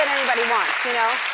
wants, you know?